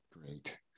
Great